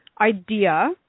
idea